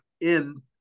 end